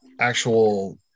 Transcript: actual